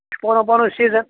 پنُن پَنُن سیٖزَن